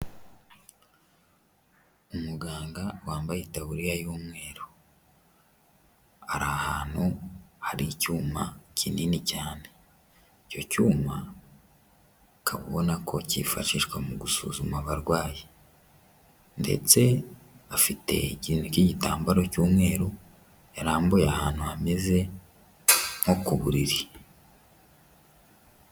Umuganga wambaye itaburiya y'umweru, ari ahantu hari icyuma kinini cyane, icyo cyuma ukaba ubona ko kifashishwa mu gusuzuma abarwayi ndetse afite ikintu cy'igitambaro cy'umweru yarambuye ahantu hameze nko ku buriri.